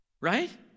right